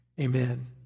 Amen